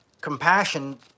compassion